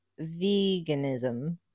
veganism